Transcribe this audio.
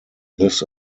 this